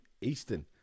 Eastern